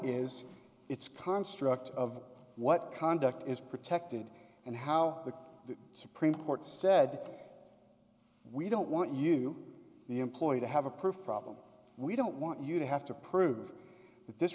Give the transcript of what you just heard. is its construct of what conduct is protected and how the supreme court said we don't want you the employer to have a profile of them we don't want you to have to prove that this